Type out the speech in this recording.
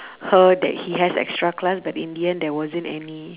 her that he has extra class but in the end there wasn't any